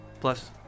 Plus